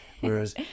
whereas